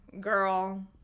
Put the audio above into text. girl